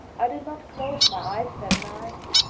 i did not close my eyes that night,